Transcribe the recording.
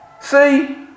see